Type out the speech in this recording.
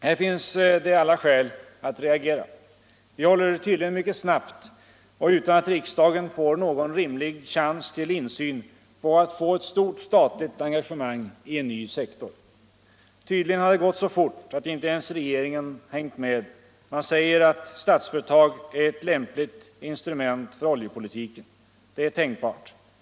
Här finns det alla skäl att reagera. Vi håller tydligen mycket snabbt och utan att riksdagen får någon rimlig chans till insyn på att få ett stort statligt engagemang i en ny sektor. Tydligen har det gått så fort att inte ens regeringen hängt med. Man säger att Statsföretag är ett lämpligt instrument för oljepolitiken. Det är tänkbart.